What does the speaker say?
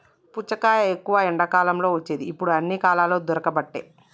పుచ్చకాయ ఎక్కువ ఎండాకాలం వచ్చేది ఇప్పుడు అన్ని కాలాలల్ల దొరుకబట్టె